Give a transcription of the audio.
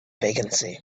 vacancy